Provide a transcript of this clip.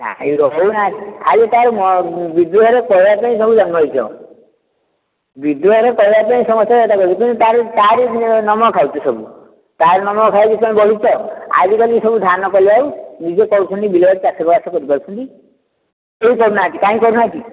ନାଇଁ ରଖିବୁନା ଖାଲି ତା'ର ବିଜୁ ଭାଇର କହିବା ପାଇଁ ସବୁ ଜନ୍ମ ହୋଇଛ ବିଜୁ ଭାଇର କହିବା ପାଇଁ ସମସ୍ତେ ତାରି ନମକ ଖାଉଛ ସବୁ ତାରି ନମକ ଖାଇକି ତମେ ବଢ଼ିଛ ଆଜିକାଲି ସବୁ ଧାନ କଲେ ଆଉ ନିଜେ କରୁଛନ୍ତି ବିଲ ବାଡ଼ି ଚାଷ ବାସ କରିପାରୁଛନ୍ତି କେହି କରୁନାହାନ୍ତି କାଇଁ କରୁନାହାନ୍ତି